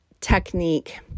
technique